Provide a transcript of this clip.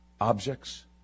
Objects